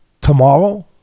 tomorrow